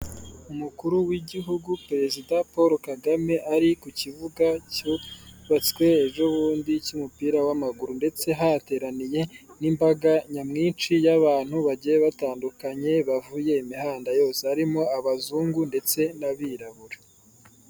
Umukuru w'igihugu perezida Paul Kagame ari ku kibuga cyubatswe ejobundi cy'umupira w'amaguru, ndetse hateraniye n'imbaga nyamwinshi y'abantu bagiye batandukanye bavuye imihanda yose, harimo abazungu ndetse n'abirabura.